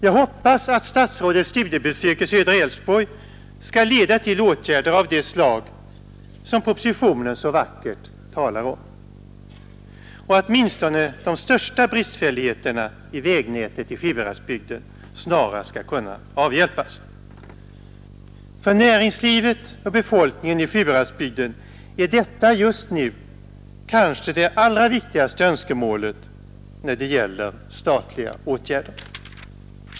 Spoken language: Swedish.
Jag hoppas att statsrådets studiebesök i södra Älvsborg skall leda till åtgärder av det slag som propositionen så vackert talar om och att åtminstone de största bristfälligheterna i vägnätet i Sjuhäradsbygden snarast skall kunna avhjälpas. För näringslivet och befolkningen i Sjuhäradsbygden är detta det just nu kanske allra viktigaste önskemålet när det gäller statliga åtgärder.